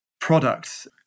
products